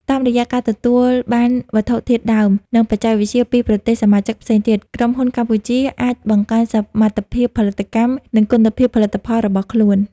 តាមរយៈការទទួលបានវត្ថុធាតុដើម និងបច្ចេកវិទ្យាពីប្រទេសសមាជិកផ្សេងទៀត ក្រុមហ៊ុនកម្ពុជាអាចបង្កើនសមត្ថភាពផលិតកម្ម និងគុណភាពផលិតផលរបស់ខ្លួន។